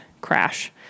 crash